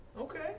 Okay